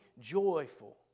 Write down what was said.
joyful